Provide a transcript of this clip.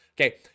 Okay